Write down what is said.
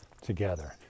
together